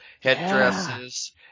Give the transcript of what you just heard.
headdresses